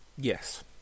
Yes